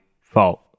fault